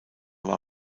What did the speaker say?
war